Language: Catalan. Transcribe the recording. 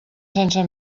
sense